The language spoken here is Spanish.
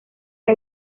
que